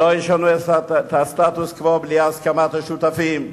שלא ישנו את הסטטוס-קוו בלי הסכמת השותפים,